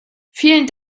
vielen